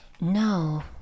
No